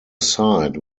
site